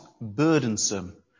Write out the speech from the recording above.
burdensome